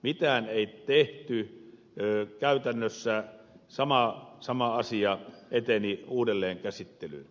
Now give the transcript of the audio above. mitään ei tehty käytännössä sama asia eteni uudelleen käsittelyyn